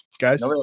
Guys